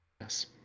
Yes